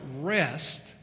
Rest